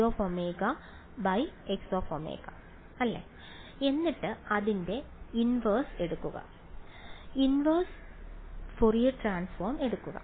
Y ωXω അല്ലേ എന്നിട്ട് അതിൻറെ ഇൻവേർസ് എടുക്കുക ഇൻവേർസ് ഫോറിയർ ട്രാൻസ്ഫോം എടുക്കുക